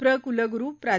प्र कुलगुरु प्रा